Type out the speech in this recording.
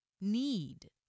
need